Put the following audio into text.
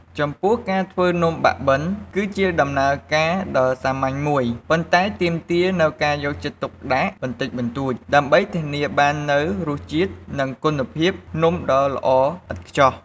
ចំពោះ ការធ្វើនំបាក់បិន គឺជាដំណើរការដ៏សាមញ្ញមួយ ប៉ុន្តែទាមទារនូវការយកចិត្តទុកដាក់បន្តិចបន្តួច ដើម្បីធានាបាននូវរសជាតិ និងគុណភាពនំដ៏ល្អឥតខ្ចោះ។